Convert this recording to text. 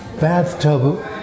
bathtub